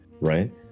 right